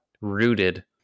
rooted